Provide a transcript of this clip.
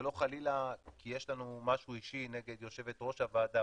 זה לא חלילה כי יש לנו משהו אישי נגד יושבת ראש הוועדה,